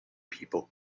people